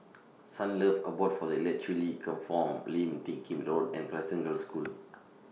Sunlove Abode For The Intellectually Infirmed Lim Teck Kim Road and Crescent Girls' School